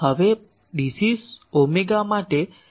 હવે DC omega માટે 0 છે